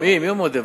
לא, מי מודה ועוזב?